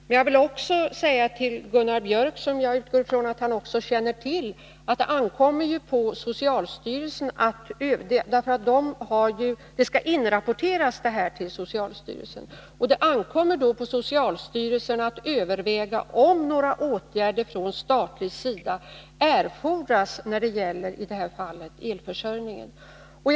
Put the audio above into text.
Men jag vill också säga till Gunnar Biörck — och jag utgår ifrån att han känner till det — att det skall ske en rapportering till socialstyrelsen, och sedan ankommer det på socialstyrelsen att överväga om några åtgärder från statlig sida erfordras när det gäller elförsörjningen i det här fallet.